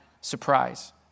surprise